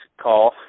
call